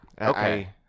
okay